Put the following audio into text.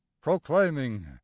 proclaiming